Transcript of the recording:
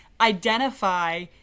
identify